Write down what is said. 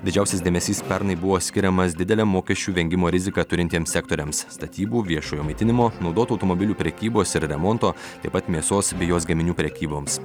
didžiausias dėmesys pernai buvo skiriamas didelę mokesčių vengimo riziką turintiems sektoriams statybų viešojo maitinimo naudotų automobilių prekybos ir remonto taip pat mėsos bei jos gaminių prekyboms